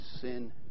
sin